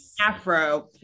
afro